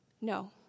No